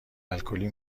الکلی